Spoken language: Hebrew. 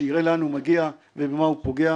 שיראה לאן הוא מגיע ובמה הוא פוגע,